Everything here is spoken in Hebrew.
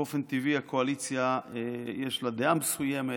באופן טבעי הקואליציה יש לה דעה מסוימת,